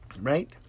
Right